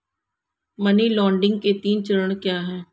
Money laundering के तीन चरण क्या हैं?